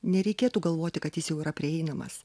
nereikėtų galvoti kad jis jau yra prieinamas